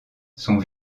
sont